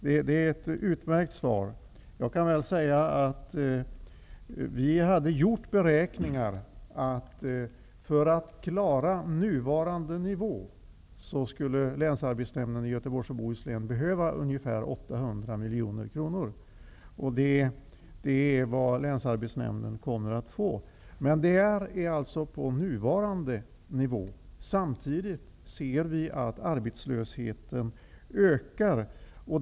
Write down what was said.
Det är ett utmärkt svar. Vi hade gjort beräkningar att Länsarbetsnämnden i Göteborgs och Bohus län skulle behöva ungefär 800 miljoner kronor för att klara nuvarande nivå, och det är vad Länsarbetsnämnden kommer att få. Men det gäller alltså för nuvarande nivå. Samtidigt ser vi att arbetslösheten ökar.